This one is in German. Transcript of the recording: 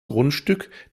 grundstück